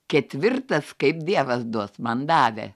ketvirtas kaip dievas duos man davė